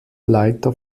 leiter